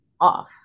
off